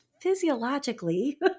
physiologically